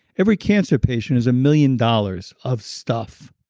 every cancer patient is a million dollars of stuff.